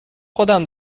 خودم